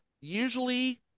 usually